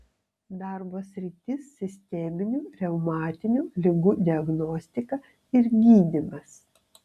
darbo sritis sisteminių reumatinių ligų diagnostika ir gydymas